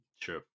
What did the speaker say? True